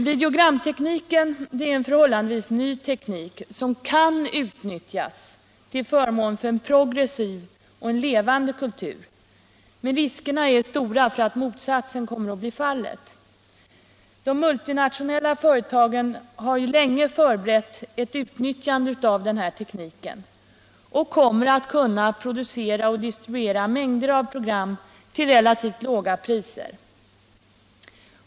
Videogramtekniken är en förhållandevis ny teknik som kan utnyttjas till förmån för en progressiv och levande kultur, men riskerna är stora för att motsatsen kommer att bli fallet. De multinationella företagen har länge förberett ett utnyttjande av den här tekniken och kommer att kunna producera och distribuera mängder av program till relativt låga priser.